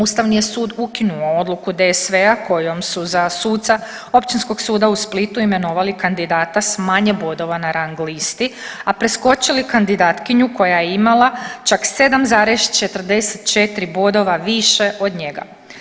Ustavni je sud ukinuo odluku DSV-a kojom su za suca Općinskog suda u Splitu imenovali kandidata sa manje bodova na rang listi, a preskočili kandidatkinju koja je imala čak 7,44 bodova više od njega.